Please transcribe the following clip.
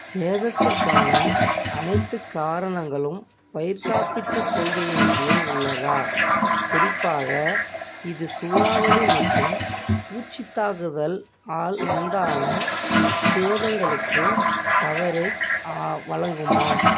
சேதத்திற்கான அனைத்து காரணங்களும் பயிர் காப்பீட்டுக் கொள்கையின் கீழ் உள்ளதா குறிப்பாக இது சூறாவளி மற்றும் பூச்சித் தாக்குதல் ஆல் உண்டான சேதங்களுக்கு கவரேஜ் வழங்குமா